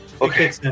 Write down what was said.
Okay